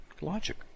Logic